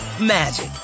magic